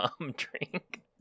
drink